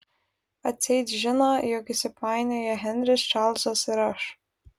atseit žiną jog įsipainioję henris čarlzas ir aš